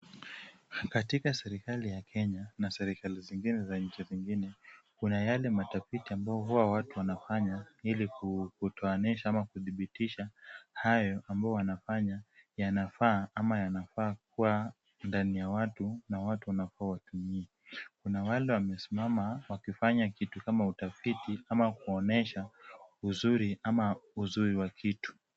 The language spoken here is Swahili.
Katika serikali na Kenya na serikali zingine za nchi zingine, kuna yale matafiti ambayo huwa watu wanafanya ili kutoanisha au kudhibitisa hayo wanafanya yanafaa ama yanafaa kuwa ndani ya watu na watu wanafaa watumie. Kuna wale wamesimama wakifanya kitu kama utafiti ama kuonyesha uzuri wa kitu.